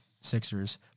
Sixers